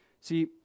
See